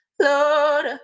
lord